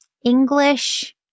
English